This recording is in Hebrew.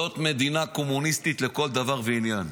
זאת מדינה קומוניסטית לכל דבר ועניין.